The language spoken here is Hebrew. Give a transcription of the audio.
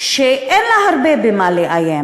שאין לה הרבה במה לאיים,